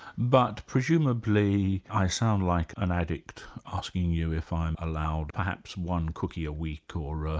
but presumably, i sound like an addict asking you if i'm allowed perhaps one cookie a week or ah